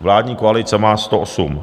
Vládní koalice má 108.